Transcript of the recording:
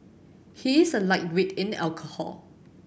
he is a lightweight in alcohol